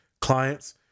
clients